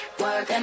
work